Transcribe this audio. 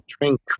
drink